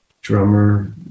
drummer